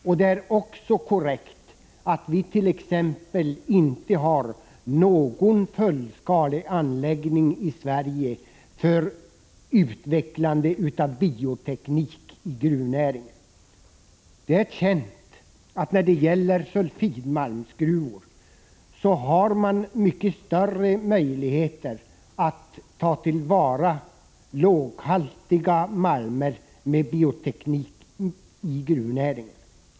Vi har t.ex. inte någon fullskaleanläggning i Sverige för utvecklande av bioteknik i gruvnäringen. Det är känt att när det gäller sulfidmalmsgruvor har man mycket större möjligheter att ta till vara låghaltiga malmer med hjälp av bioteknik.